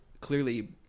clearly